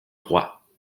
roi